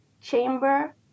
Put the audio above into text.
chamber